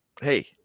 Hey